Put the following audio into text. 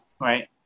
Right